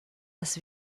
das